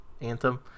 Anthem